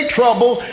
trouble